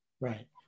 Right